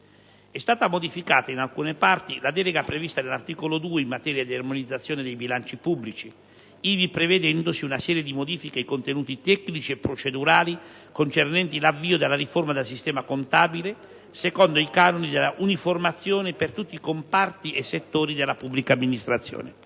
È stata modificata in alcune parti la delega prevista all'articolo 2, in materia di armonizzazione dei bilanci pubblici, ivi prevedendosi una serie di modifiche ai contenuti tecnici e procedurali concernenti l'avvio della riforma del sistema contabile secondo i canoni dell'uniformazione per tutti i comparti e settori della pubblica amministrazione.